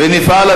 ונפעל,